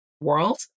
world